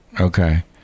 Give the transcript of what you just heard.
Okay